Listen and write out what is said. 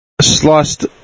Sliced